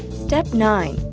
step nine.